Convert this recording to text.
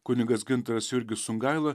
kunigas gintaras jurgis sungaila